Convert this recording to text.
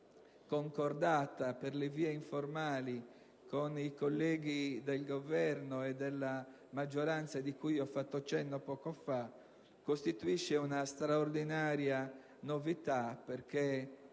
avendola concordata per le vie informali con i colleghi del Governo e della maggioranza cui ho fatto cenno poco fa, costituisce una straordinaria novità, perché